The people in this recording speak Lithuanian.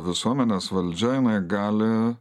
visuomenės valdžia jinai gali